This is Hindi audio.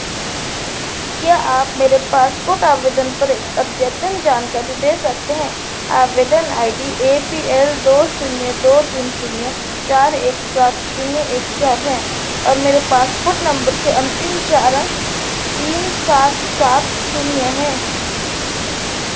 क्या आप मेरे पासपोर्ट आवेदन पर एक अद्यतन जानकारी दे सकते हैं आवेदन I D A P L दो शून्य दो तीन शून्य चार एक सात शून्य एक चार है और मेरे पासपोर्ट नंबर के अंतिम चार अंक तीन सात सात शून्य हैं